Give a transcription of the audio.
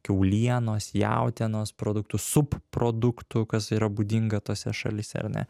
kiaulienos jautienos produktų subproduktų kas yra būdinga tose šalyse ar ne